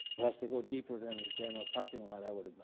has to go deeper than than a parking lot i would,